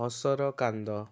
ହସର କାନ୍ଦ